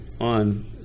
on